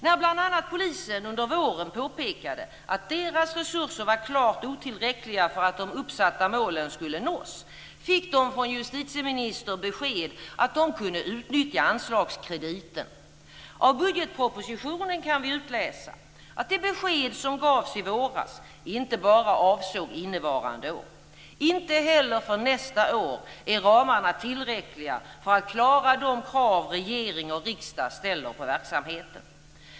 När bl.a. polisen under våren påpekade att dess resurser var klart otillräckliga för att de uppsatta målen skulle nås fick den från justitieministern besked om att den kunde utnyttja anslagskrediten. Av budgetpropositionen kan vi utläsa att det besked som gavs i våras inte bara avsåg innevarande år. Inte heller för nästa år är ramarna tillräckliga för att klara de krav regering och riksdag ställer på verksamheten.